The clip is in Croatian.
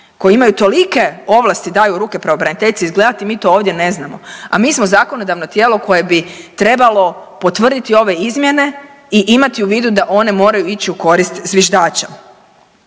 koji imaju tolike ovlasti i daju u ruke pravobraniteljici mi to ovdje ne znamo, a mi smo zakonodavno tijelo koje bi trebalo potvrditi ove izmjene i imati u vidu da one moraju ići u korist zviždača.